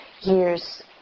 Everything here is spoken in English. years